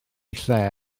lle